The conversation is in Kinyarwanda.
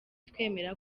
twemera